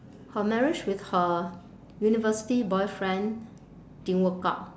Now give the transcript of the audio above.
her marriage with her university boyfriend didn't work out